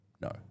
No